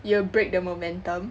you will break the momentum